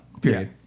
period